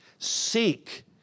seek